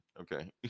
Okay